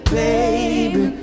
baby